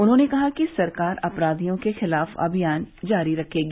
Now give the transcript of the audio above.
उन्होंने कहा कि सरकार अपराधियों के खिलाफ अभियान जारी रखेगी